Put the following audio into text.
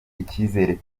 ikizere